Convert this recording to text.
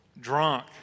Drunk